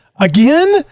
again